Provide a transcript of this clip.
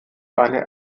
eine